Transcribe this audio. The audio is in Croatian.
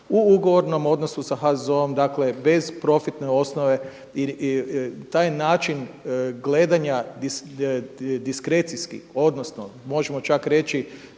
u ugovornom odnosu sa HZZ-om. Dakle, bez profitne osnove. I taj način gledanja diskrecijski, odnosno možemo čak reći